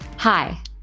Hi